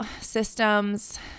systems